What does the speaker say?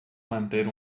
manter